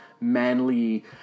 manly